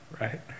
right